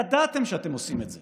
ידעתם שאתם עושים את זה,